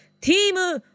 team